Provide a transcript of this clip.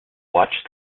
watch